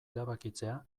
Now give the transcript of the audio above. erabakitzea